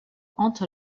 hante